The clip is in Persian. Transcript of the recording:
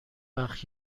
وقت